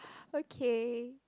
okay